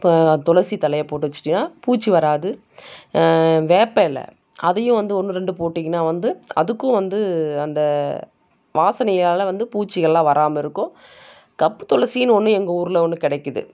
இப்போது துளசி தழையை போட்டு வச்சுட்டிங்னா பூச்சி வராது வேப்ப இலை அதையும் வந்து ஒன்று ரெண்டு போட்டீங்கனா வந்து அதுக்கும் வந்து அந்த வாசனையால் வந்து பூச்சிகள்லாம் வராமல் இருக்கும் கப் துளசின்னு ஒன்று எங்கள் ஊரில் ஒன்று கிடைக்குது